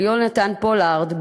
על יונתן פולארד,